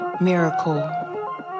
miracle